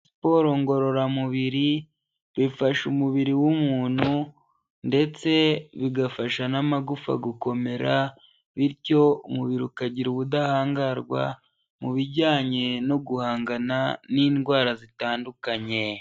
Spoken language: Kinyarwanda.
Siporo ngororamubiri, bifasha umubiri w'umuntu ndetse bigafasha n'amagufa gukomera bityo umubiri ukagira ubudahangarwa mu bijyanye no guhangana n'indwara zitandukanye.